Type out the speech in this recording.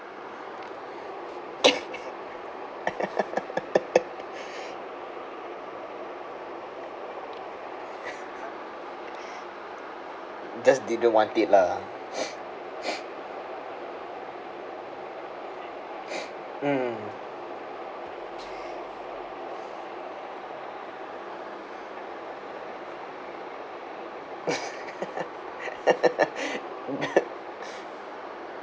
just didn't want it lah mm